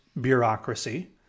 bureaucracy